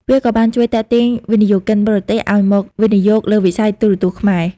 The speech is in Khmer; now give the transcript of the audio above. វាក៏បានជួយទាក់ទាញវិនិយោគិនបរទេសឱ្យមកវិនិយោគលើវិស័យទូរទស្សន៍ខ្មែរ។